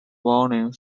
warning